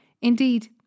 Indeed